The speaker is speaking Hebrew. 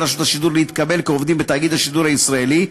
רשות השידור להתקבל כעובדים בתאגיד השידור הישראלי,